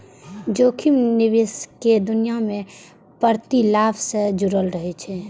जोखिम निवेशक दुनिया मे प्रतिलाभ सं जुड़ल रहै छै